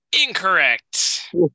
incorrect